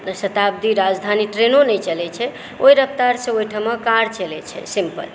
शताब्दी राजधानी ट्रेनो नै चलय छै ओई रफ्तारसँ ओइठाम कार चलय छै सिम्पल